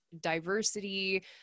diversity